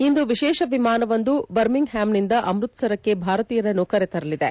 ಇಂದು ವಿಶೇಷ ವಿಮಾನವೊಂದು ಬರ್ಮಿಂಗ್ ಹ್ಯಾಮ್ನಿಂದ ಅಮೃತಸರಕ್ಕೆ ಭಾರತೀಯರನ್ನು ಕರೆತರಲಿದೆ